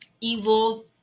evil